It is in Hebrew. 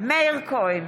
מאיר כהן,